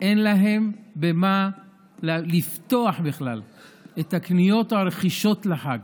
אין להם במה לפתוח את הקניות או הרכישות לחג,